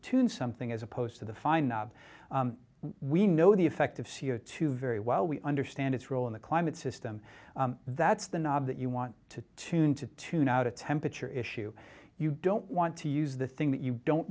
tune something as opposed to the fine knob we know the effect of c o two very well we understand its role in the climate system that's the knob that you want to tune to tune out a temperature issue you don't want to use the thing that you don't